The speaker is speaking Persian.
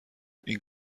این